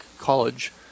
college